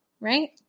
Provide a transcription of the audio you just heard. right